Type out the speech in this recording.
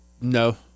no